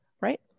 right